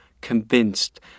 convinced